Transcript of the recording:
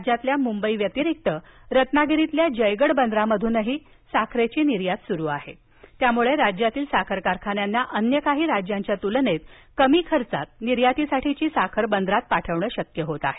राज्यातील मुंबई व्यतिरिक्त रत्नागिरीतील जयगड बंदरातूनही साखरेची निर्यात सुरु आहेत्यामुळं राज्यातील साखर कारखान्यांना अन्य काही राज्यांच्या तुलनेत कमी खर्चात निर्यातीसाठीची साखर बंदरात पाठवणे शक्य होत आहे